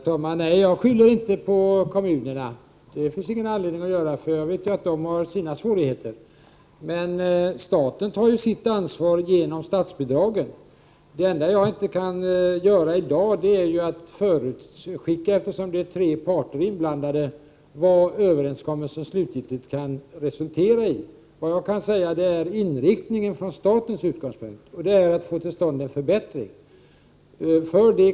Herr talman! Nej, jag skyller inte på kommunerna. Det finns ingen anledning att göra det, för jag vet att de har sina svårigheter. Men staten tar ju sitt ansvar genom statsbidragen. Det enda jag inte kan göra i dag är att förutskicka vad överenskommelsen slutgiltigt kommer att resultera i, eftersom tre parter är inblandade. Jag kan säga vad som är inriktningen från statens utgångspunkt — och det är att få till stånd en förbättring.